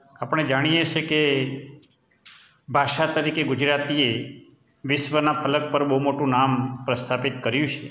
આપણે જાણીએ છીએ કે ભાષા તરીકે ગુજરાતી એ વિશ્વના ફલક પર બહુ મોટું નામ પ્રસ્થાપિત કર્યું છે